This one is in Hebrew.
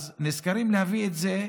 נזכרים להביא את זה,